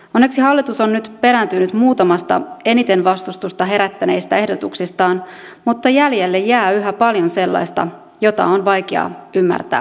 onneksi hallitus on nyt perääntynyt muutamasta eniten vastustusta herättäneestä ehdotuksestaan mutta jäljelle jää yhä paljon sellaista mitä on vaikea ymmärtää ja hyväksyä